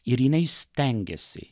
ir jinai stengėsi